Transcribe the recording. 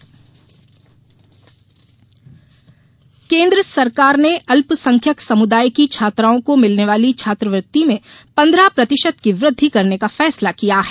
छात्रवृत्ति केन्द्र सरकार ने अल्पसंख्यक समुदाय की छात्राओं को मिलने वाली छात्रवृत्ति में पन्द्रह प्रतिशत की वृद्धि करने का फैसला किया है